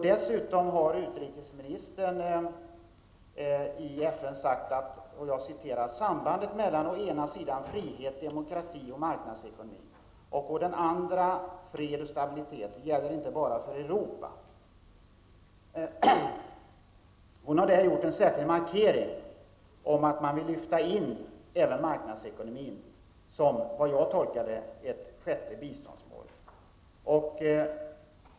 Dessutom har utrikesministern i FN sagt: ''Sambandet mellan å ena sidan frihet, demokrati och marknadsekonomi och å den andra fred och stabilitet gäller inte bara för Europa --.'' Hon har där gjort en särskild markering av att man, som jag tolkar det, vill lyfta in marknadsekonomin som ett sjätte biståndsmål.